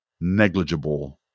negligible